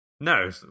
No